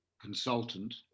consultant